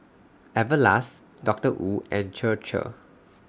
Everlast Doctor Wu and Chir Chir